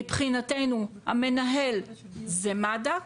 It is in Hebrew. מבחינתנו המנהל זה מד"א.